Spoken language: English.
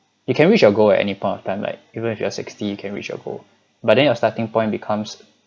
you can reach your goal at any point of time like even if you are sixty you can reach your goal but then your starting point becomes